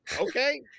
okay